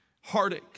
heartache